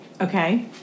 Okay